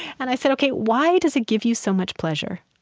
and i said, ok, why does it give you so much pleasure?